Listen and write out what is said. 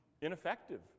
ineffective